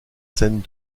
scènes